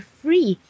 free